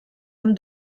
han